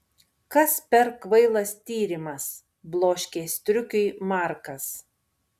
kas per kvailas tyrimas bloškė striukiui markas